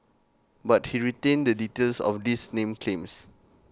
but he retained the details of these name claims